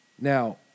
Now